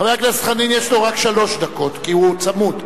לחבר הכנסת חנין יש רק שלוש דקות, כי הוא צמוד.